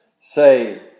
say